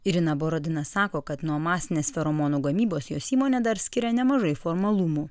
irina borodina sako kad nuo masinės feromonų gamybos jos įmonę dar skiria nemažai formalumų